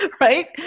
right